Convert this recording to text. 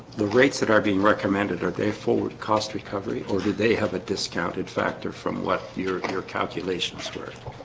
the rates that are being recommended are they forward cost recovery, or do they have a discounted factor from what your your calculation storyful?